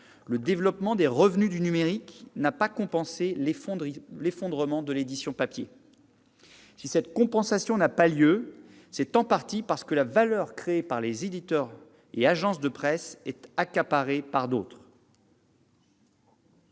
le développement des revenus du numérique n'a pas compensé l'effondrement de l'édition papier. Si cette compensation n'a pas eu lieu, c'est en partie parce que la valeur créée par les éditeurs et les agences de presse est accaparée par d'autres,